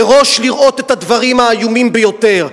מראש לראות את הדברים האיומים ביותר,